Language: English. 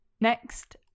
Next